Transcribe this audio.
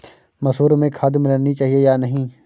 मसूर में खाद मिलनी चाहिए या नहीं?